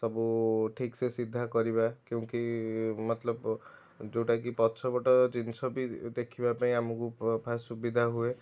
ସବୁ ଠିକ୍ ସେ ସିଧା କରିବା କ୍ୟୁକି ମତଲବ୍ ଯେଉଁଟା କି ପଛ ପଟ ଜିନିଷ ବି ଦେଖିବା ପାଇଁ ଆମକୁ ଫାଷ୍ଟ ସୁବିଧା ହୁଏ